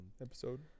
Episode